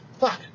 fuck